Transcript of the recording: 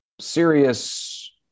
serious